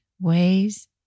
ways